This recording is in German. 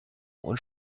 und